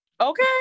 Okay